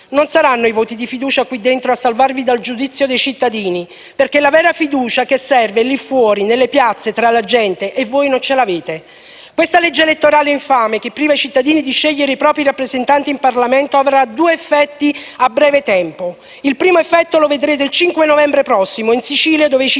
Non saranno i voti di fiducia qui dentro a salvarvi dal giudizio dei cittadini, perché la vera fiducia che serve è lì fuori, nelle piazze, tra la gente, e voi non ce l'avete. Questa legge elettorale infame, che priva i cittadini della possibilità di scegliere i propri rappresentanti in Parlamento, avrà due effetti a breve tempo. Il primo effetto lo vedrete il 5 novembre prossimo in Sicilia, dove i cittadini,